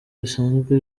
bisanzwe